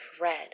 red